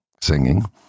singing